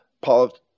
Paul